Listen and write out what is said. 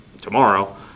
tomorrow